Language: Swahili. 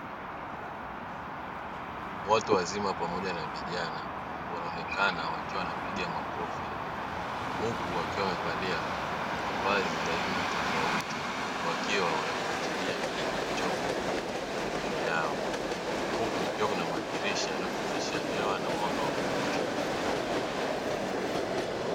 Watu wazima pamoja na vijana wanaonekana wakiwa wanapiga makofi huku wakiwa wamevalia mavazi aina tofauti wakiwa wanafuatilia kile kilichopo mbele yao, huku kukiwa kuna madirisha yanayopitisha hewa na mwanga wa kutosha.